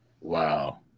Wow